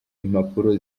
impapuro